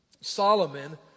Solomon